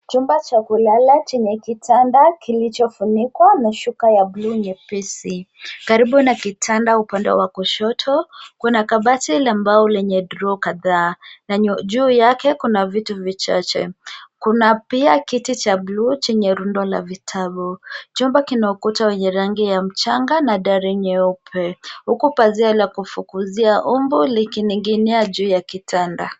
Chumba cha kulala chenye kitanda kilichofunikwa na shuka ya blue nyepesi. Karibu na kitanda upande wa kushoto kuna kabati la mbao lenye droo kadhaa na juu yake kuna vitu vichache. Kuna pia kiti cha blue chenye rundo la vitabu. Chumba kina ukuta wenye rangi ya mchanga na dari nyeupe huku pazia la kufukuzia mbu likining'inia juu ya kitanda.